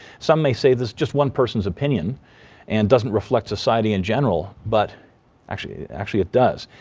some may say that's just one person's opinion and doesn't reflect society in general, but actually actually it does.